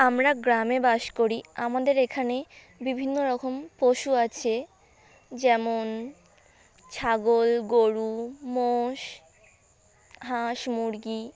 আমরা গ্রামে বাস করি আমাদের এখানে বিভিন্ন রকম পশু আছে যেমন ছাগল গোরু মোষ হাঁস মুরগি